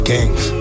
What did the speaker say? Kings